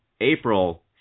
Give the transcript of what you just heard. April